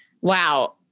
wow